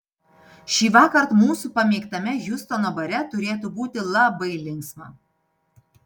šįvakar mūsų pamėgtame hjustono bare turėtų būti labai linksma